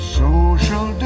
social